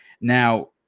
Now